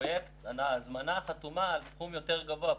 ההזמנה חתומה על סכום יותר גבוה,